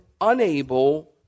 unable